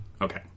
Okay